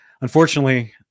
unfortunately